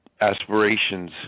aspirations